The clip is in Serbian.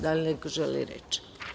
Da li neko želi reč?